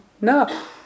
No